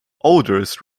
odors